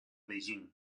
beijing